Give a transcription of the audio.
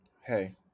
Hey